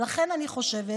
ולכן אני חושבת,